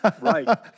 right